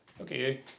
Okay